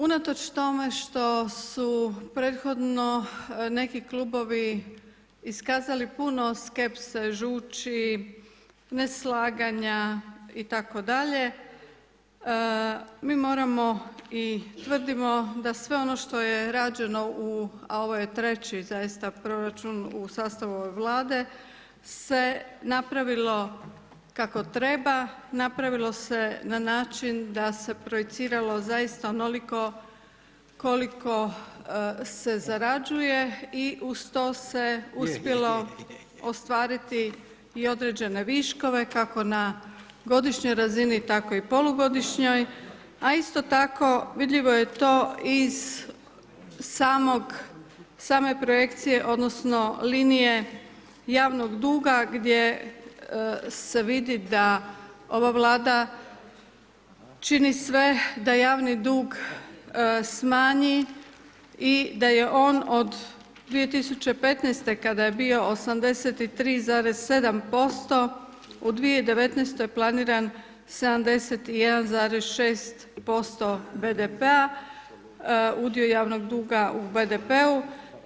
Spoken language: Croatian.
Unatoč tome što su prethodno neki klubovi iskazali puno skepse žući, neslaganja itd. mi moramo i tvrdimo da sve ono što je rađeno u, a ovo je treći zaista proračun u sastavu ove vlade, se napravilo kako treba, napravilo se na način, da se projiciralo zaista onoliko koliko se zarađuje i uz to se uspjelo ostvariti i određene viškove, kako na godišnjoj razini, tako i polugodišnjoj, a isto tako vidljivo je to iz same projekcije, odnosno linije javnog duga, gdje se vidi da ova vlada čini sve da javni dug smanji i da je on od 2015. kada je bio 83,7% u 2019. planiran 71,6% BDP-a udio javnog duga u BDP-u.